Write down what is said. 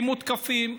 הם מותקפים,